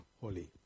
holy